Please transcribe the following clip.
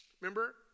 Remember